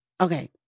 Okay